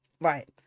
Right